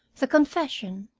the confession,